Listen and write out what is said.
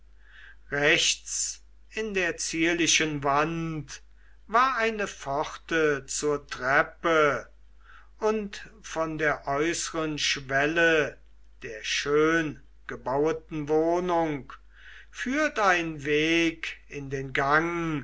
rechts in der zierlichen wand war eine pforte zur treppe und von der äußeren schwelle der schöngebaueten wohnung führt ein weg in den gang